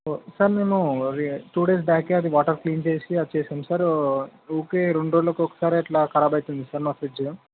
sir మేము అది two days బ్యాకే అది వాటర్ క్లీన్ చేసి అది చేశాం సార్ ఊరికే రెండు రోజులకు ఒకసారి అట్లా కరబ్ అవుతుంది సార్ మా ఫ్రిడ్జు